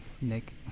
nick